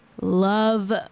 Love